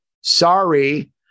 sorry